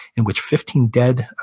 in which fifteen dead, ah